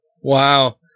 Wow